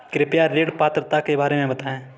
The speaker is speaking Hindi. कृपया ऋण पात्रता के बारे में बताएँ?